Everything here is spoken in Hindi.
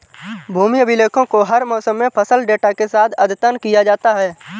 भूमि अभिलेखों को हर मौसम में फसल डेटा के साथ अद्यतन किया जाता है